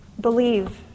Believe